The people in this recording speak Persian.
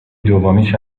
دومیش